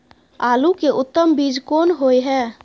आलू के उत्तम बीज कोन होय है?